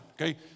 Okay